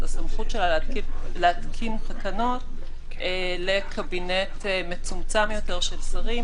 הסמכות שלה להתקין תקנות לקבינט מצומצם יותר של שרים,